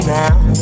now